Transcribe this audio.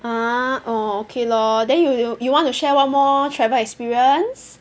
!huh! orh okay lor then you you you want to share one more travel experience